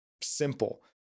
simple